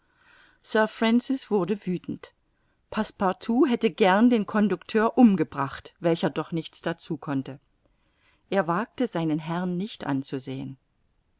francis wurde wüthend passepartout hätte gern den conducteur umgebracht welcher doch nichts dazu konnte er wagte seinen herrn nicht anzusehen